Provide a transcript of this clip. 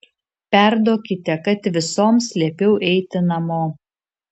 perduokite kad visoms liepiau eiti namo